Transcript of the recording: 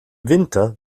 winter